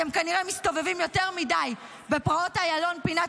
אתם כנראה מסתובבים יותר מדי בפרעות איילון פינת